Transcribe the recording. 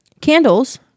candles